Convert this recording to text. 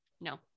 No